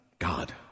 God